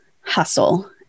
hustle